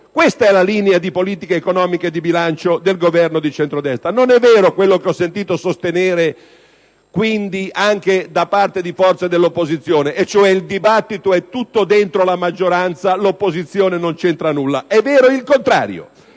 Questa è la linea di politica economica e di bilancio del Governo di centrodestra. Non è vero, quindi, quello che ho sentito sostenere, anche da parte di forze dell'opposizione, e cioè che il dibattito è tutto dentro la maggioranza e l'opposizione non c'entra nulla. È vero il contrario.